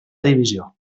divisió